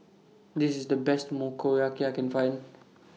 This IS The Best Motoyaki I Can Find